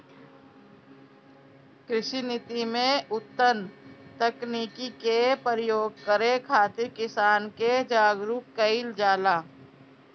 कृषि नीति में उन्नत तकनीकी के प्रयोग करे खातिर किसान के जागरूक कईल जाला